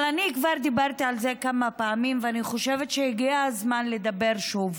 אבל אני כבר דיברתי על זה כמה פעמים ואני חושבת שהגיע הזמן לדבר שוב.